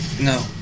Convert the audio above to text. No